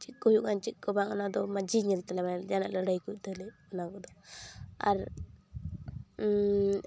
ᱪᱮᱫᱠᱚ ᱦᱩᱭᱩᱜᱠᱟᱱᱟ ᱪᱮᱫᱠᱚ ᱵᱟᱝ ᱚᱱᱟᱫᱚ ᱢᱟᱺᱡᱷᱤᱭ ᱧᱮᱞ ᱛᱟᱞᱮᱭᱟ ᱢᱟᱱᱮ ᱡᱟᱦᱟᱱᱟᱜ ᱞᱟᱹᱲᱦᱟᱹᱭᱠᱚ ᱦᱩᱭᱩᱜ ᱛᱟᱞᱮᱭᱟ ᱚᱱᱟᱠᱚ ᱫᱚ ᱟᱨ